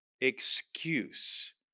excuse